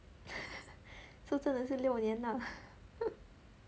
so 真的是六年了